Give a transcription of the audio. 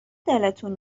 دلتون